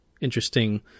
interesting